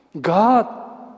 God